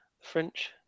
French